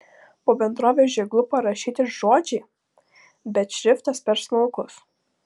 po bendrovės ženklu parašyti žodžiai bet šriftas per smulkus